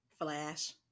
flash